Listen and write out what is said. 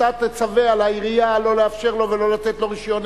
אתה תצווה על העירייה לא לאפשר לו ולא לתת לו רשיון עסק.